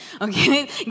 Okay